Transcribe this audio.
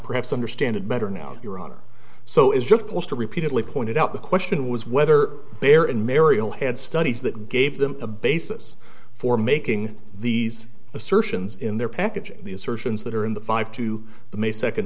perhaps understand it better now your honor so is just close to repeatedly pointed out the question was whether there in marial had studies that gave them a basis for making these assertions in their packaging the assertions that are in the five to the may second